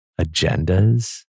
agendas